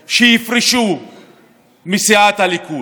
או שלשם שינוי יפעלו למען השכבות